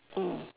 mm